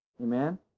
Amen